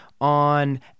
on